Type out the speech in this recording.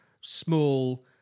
small